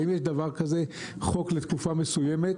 האם יש דבר כזה חוק לתקופה מסוימת?